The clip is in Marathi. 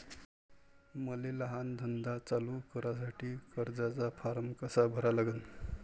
मले लहान धंदा चालू करासाठी कर्जाचा फारम कसा भरा लागन?